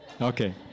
Okay